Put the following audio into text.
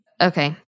okay